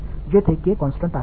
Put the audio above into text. அது இந்த மாதிரி நகர்த்தப்படும்